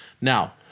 Now